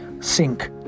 sink